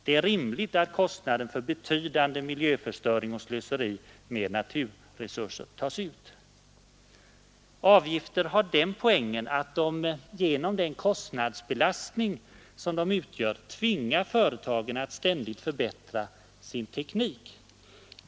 Det är rimligt att kostnaden för betydande miljöförstöring och slöseri med naturresurser tas ut. Avgifter har den poängen att de genom den kostnadsbelastning de utgör tvingar företagen att ständigt förbättra sin teknik.